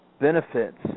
benefits